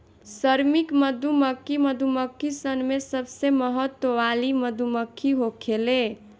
श्रमिक मधुमक्खी मधुमक्खी सन में सबसे महत्व वाली मधुमक्खी होखेले